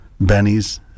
Benny's